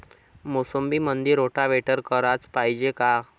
मोसंबीमंदी रोटावेटर कराच पायजे का?